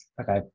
okay